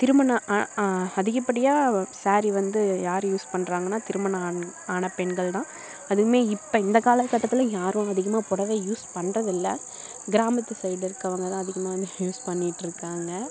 திருமணம் அதிகப்படியாக ஸாரீ வந்து யார் யூஸ் பண்ணுறாங்கன்னா திருமணம் ஆன ஆன பெண்கள்தான் அதுவும் இப்போ இந்த காலகட்டத்தில் யாரும் அதிகமாக புடவையை யூஸ் பண்ணுறது இல்லை கிராமத்து சைடு இருக்கறவங்கந்தான் அதிகமாகவே யூஸ் பண்ணிக்கிட்டு இருக்காங்க